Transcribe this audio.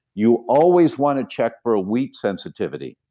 you always want to check for a wheat sensitivity,